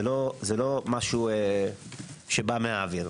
זה לא בא מהאוויר.